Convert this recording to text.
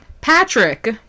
Patrick